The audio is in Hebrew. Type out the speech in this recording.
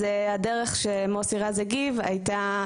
אז הדרך שמוסי רז הגיב הייתה,